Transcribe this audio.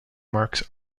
marks